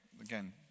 Again